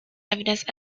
evidence